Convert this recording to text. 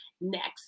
next